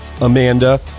Amanda